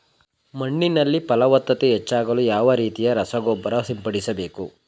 ಮಣ್ಣಿನಲ್ಲಿ ಫಲವತ್ತತೆ ಹೆಚ್ಚಾಗಲು ಯಾವ ರೀತಿಯ ರಸಗೊಬ್ಬರ ಸಿಂಪಡಿಸಬೇಕು?